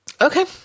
Okay